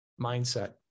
Mindset